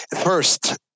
First